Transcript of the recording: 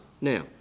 Now